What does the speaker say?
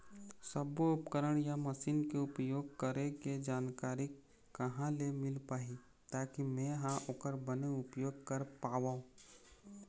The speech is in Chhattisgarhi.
सब्बो उपकरण या मशीन के उपयोग करें के जानकारी कहा ले मील पाही ताकि मे हा ओकर बने उपयोग कर पाओ?